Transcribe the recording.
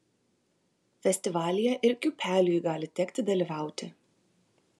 festivalyje ir kiūpeliui gali tekti dalyvauti